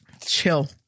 Chill